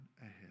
ahead